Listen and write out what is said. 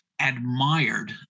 admired